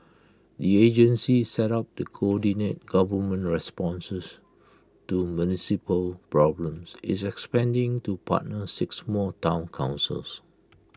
the agency set up to coordinate government responses to municipal problems is expanding to partner six more Town councils